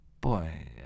boy